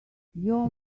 your